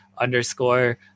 underscore